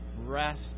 rest